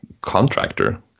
contractor